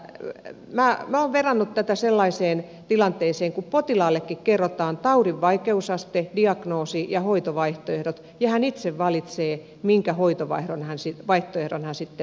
minä olen verrannut tätä sellaiseen tilanteeseen kun potilaallekin kerrotaan taudin vaikeusaste diagnoosi ja hoitovaihtoehdot ja hän itse valitsee minkä hoitovaihtoehdon hän sitten ottaa